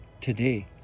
today